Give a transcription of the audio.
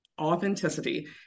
Authenticity